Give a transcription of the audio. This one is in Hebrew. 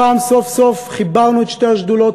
הפעם סוף-סוף חיברנו את שתי השדולות,